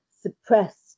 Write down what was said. suppressed